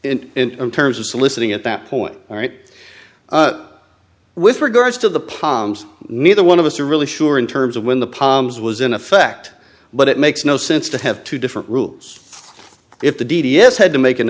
o in terms of soliciting at that point all right with regards to the palms neither one of us are really sure in terms of when the palms was in effect but it makes no sense to have two different rules if the d d s had to make an